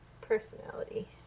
personality